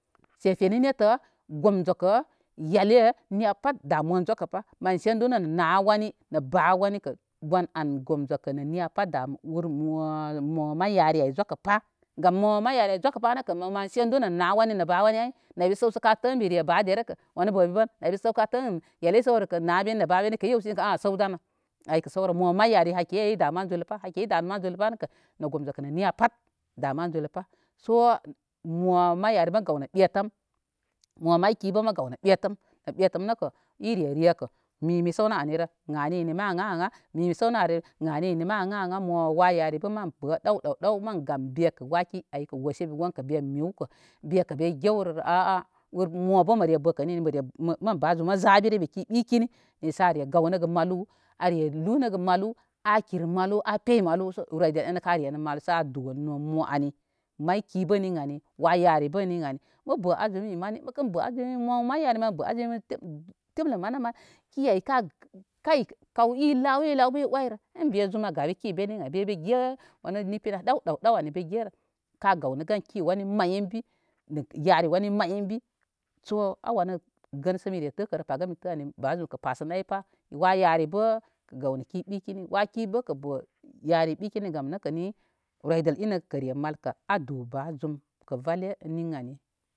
Shefene nettə gomzokə yale niya pat dawamon zokə pa mən sendunu nə na wani nə ba wani kə wan an nə gomzokə nə niya pat da ur mo may yari ay zokəl pa gam mo may yari zokəpa nəkə mo man sendu nə na wani nə ba wani ay naybi səwsə ka tə ən mire ba derəkə wanu bə mi bən ka tə ən yali səwrə kə nə nabeni nə ba beni kə i yewsinkə səw danə aykə səwrə mo may yari hakiyi ay da mən zuləpaida mən zulə pa nə kə nə gom zokə nə niya pat da mən zulə pa so mo may yari bəkə mə gawnə ɓetəm mo may kibə mə gawnə ɓetəm nə betəm nəkə ire rekə mi mi səwnə ari əh ninni maa a mimi səwnə arirə ən ninri maaa mo may yaribə mən bə dəw dəw mən gam bekə waki ayə wosebe wonkə be mewkə bekə ben gewrərə aa ur mobə məre bəkə ni ainni mən ba zum mə zaberebe ki ɓikini nisə are gawnəgə malu are lunəgə malu a kir malu a pey malu sə royde enə karenə mal sə adu nə mo ani may ki bə ni ani wa yari bə ni ani məbə azumi mani məkən bə azumi mo may yari mən bə azumi temlə manə may ki ay ka kay kaw i law bə i oyrə be zum an ga be ki beni ən ay be be ge wanə nipinə ɗáw ɗáw ɗáw anikə mi gerə ka gaw nə gan ki wani may ən ay ənbi nə yari wani may ənbi so a wanə gənə sə mire təkərə, paga mi tə ani ba zum kə pasə nay pa wa yari bə ki gaw nə ki ɓikini waki bə kə bə yari bikini gam nəkə ni roydəl inə kə re malkə adu ba zum kə valle ni ən ani.